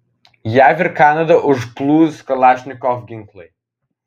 jav ir kanadą užplūs kalašnikov ginklai